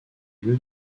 lieu